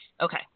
Okay